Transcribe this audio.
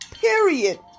period